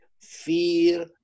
fear